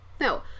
No